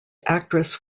actress